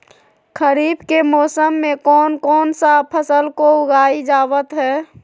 खरीफ के मौसम में कौन कौन सा फसल को उगाई जावत हैं?